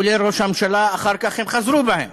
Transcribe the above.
כולל ראש הממשלה, אחר כך הם חזרו בהם,